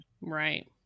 Right